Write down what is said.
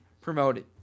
promoted